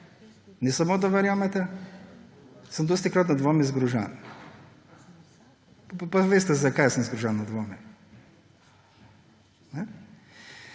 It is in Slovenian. ne samo, da verjamete –, sem dostikrat nad vami zgrožen. Pa veste, zakaj sem zgrožen nad vami.